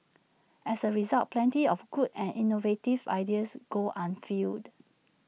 as A result plenty of good and innovative ideas go unfulfilled